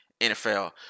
NFL